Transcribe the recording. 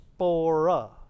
spora